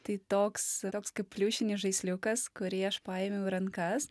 tai toks toks kaip pliušinis žaisliukas kurį aš paėmiau rankas